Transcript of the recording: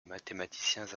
mathématiciens